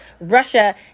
Russia